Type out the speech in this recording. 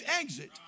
exit